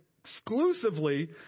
exclusively